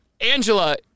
Angela